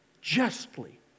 justly